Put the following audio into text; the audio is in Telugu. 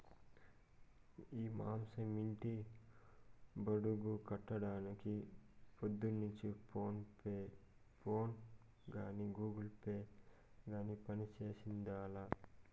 ఈ మాసం ఇంటి బాడుగ కట్టడానికి పొద్దున్నుంచి ఫోనే గానీ, గూగుల్ పే గానీ పంజేసిందేలా